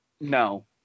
No